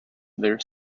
their